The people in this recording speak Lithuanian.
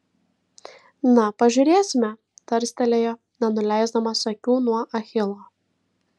na pažiūrėsime tarstelėjo nenuleisdamas akių nuo achilo